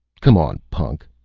come on, punk!